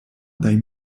dai